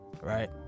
Right